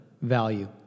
value